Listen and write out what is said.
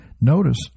Notice